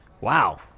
Wow